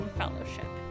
fellowship